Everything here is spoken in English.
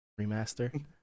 remaster